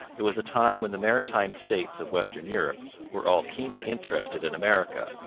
it was a time when the maritime states of western europe were all keenly interested in america,